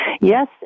Yes